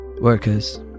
workers